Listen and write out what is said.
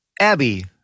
Abby